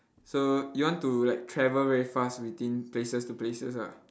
so you want to like travel very fast between places to places ah